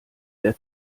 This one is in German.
der